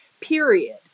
period